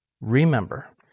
Remember